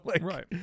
Right